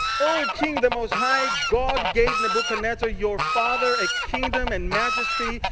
o king, the most high god gave nebuchadnezzar, your father, a kingdom and majesty,